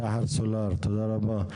שחר סולר, תודה רבה.